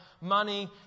money